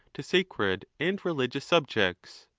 to sacred and religious subjects?